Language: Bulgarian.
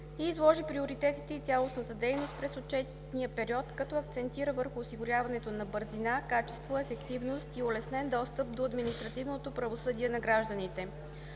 и изложи приоритетите и цялостната дейност през отчетния период, като акцентира върху осигуряването на бързина, качество, ефективност и улеснен достъп до административното правосъдие на гражданите.